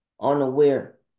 Unaware